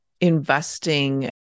investing